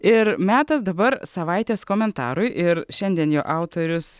ir metas dabar savaitės komentarui ir šiandien jo autorius